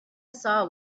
saw